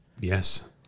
Yes